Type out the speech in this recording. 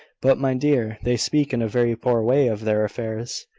but, my dear, they speak in a very poor way of their affairs.